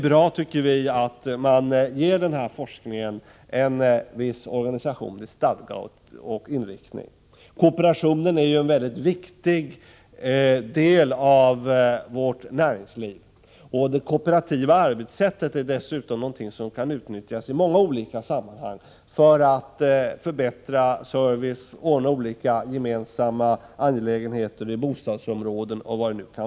Vi tycker att det är bra att den här forskningen ges en viss organisatorisk stadga och inriktning. Kooperationen utgör ju en mycket viktig del av vårt näringsliv. Det kooperativa arbetssättet är dessutom någonting som kan utnyttjas i många olika sammanhang när det gäller att förbättra servicen och ordna olika gemensamma angelägenheter i bostadsområden etc.